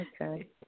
okay